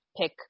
pick